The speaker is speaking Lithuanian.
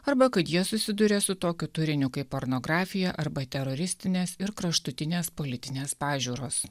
arba kad jie susiduria su tokiu turiniu kaip pornografija arba teroristinės ir kraštutinės politinės pažiūros